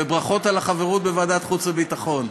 ברכות על החברות בוועדת החוץ והביטחון.